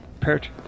pert